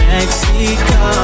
Mexico